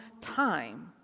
time